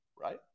right